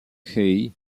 key